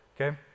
okay